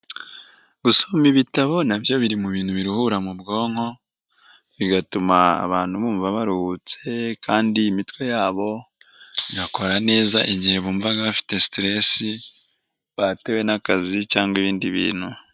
Gusoma ibitabo nabyo biri mu bintu biruhura mu bwonko bigatuma abantu bumva baruhutse kandi imitwe yabo igakora neza igihe bumvaga bafite siteresi batewe n'akazi cyangwa ibindi bintu.